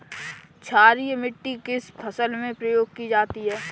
क्षारीय मिट्टी किस फसल में प्रयोग की जाती है?